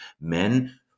men